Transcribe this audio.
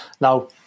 Now